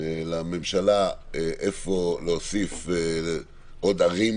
לממשלה איפה להוסיף עוד ערים